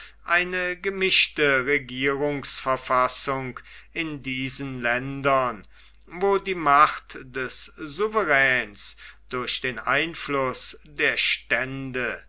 eine gemischte regierungsverfassung in diesen ländern wo die macht des souveräns durch den einfluß der stände